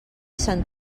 sant